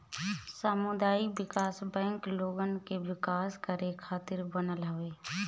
सामुदायिक विकास बैंक लोगन के विकास करे खातिर बनल हवे